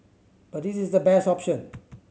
but this is the best option